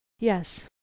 yes